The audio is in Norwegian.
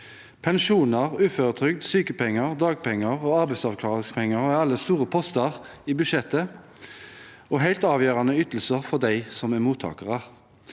Pensjoner, uføretrygd, sykepenger, dagpenger og arbeidsavklaringspenger er alle store poster i budsjettet og helt avgjørende ytelser for dem som er mottakere.